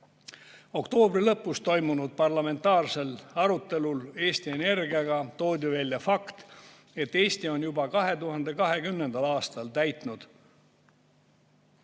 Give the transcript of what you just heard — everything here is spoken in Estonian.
Oktoobri lõpus toimunud parlamentaarsel arutelul Eesti Energiaga toodi välja fakt, et Eesti on juba 2020. aastal täitnud